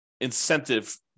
incentive